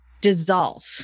dissolve